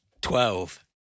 twelve